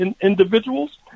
individuals